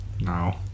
No